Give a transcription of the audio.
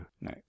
No